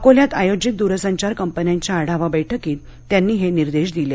अकोल्यात आयोजित दूरसंचार कंपन्यांच्या आढावा बैठकीत त्यांनी हे निर्देश दिले